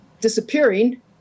disappearing